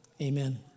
amen